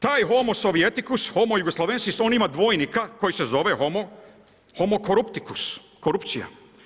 Taj homosov i etikus, homo jugoslavenci, on ima dvojnika, koji se zove homo koruptikus, korupcija.